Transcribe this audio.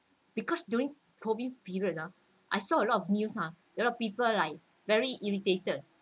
because during COVID period ah I saw a lot of news ah a lot people like very irritated